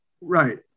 Right